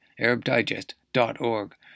ArabDigest.org